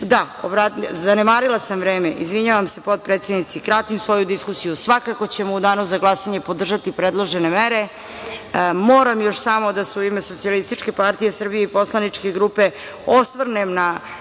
zanemarila sam vreme. Izvinjavam se potpredsednici, kratim svoju diskusiju. Svakako ćemo u danu za glasanje podržati predložene mere. Moram još sam da se u ime Socijalističke partije Srbije i poslaničke grupe osvrnem na